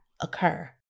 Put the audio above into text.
occur